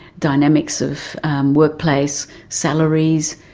dynamics of workplace, salaries,